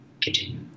continue